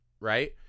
Right